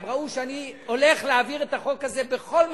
הם ראו שאני הולך להעביר את החוק הזה בכל מחיר,